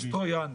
סוס טרויאני.